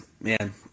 man